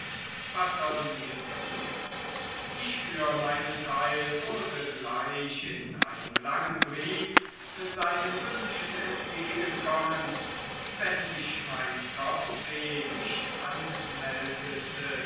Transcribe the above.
was sollen wir tun ich für meinen teil würde gleich in einem langen brief seinen wünschen entgegenkommen wenn sich mein kopfweh nicht anmeldete